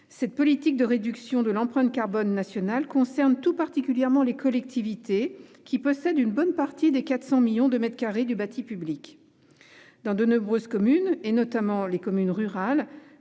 Cette politique de réduction de l'empreinte carbone nationale concerne tout particulièrement les collectivités, qui possèdent une bonne partie des 400 millions de mètres carrés du bâti public. Dans de nombreuses communes, notamment rurales,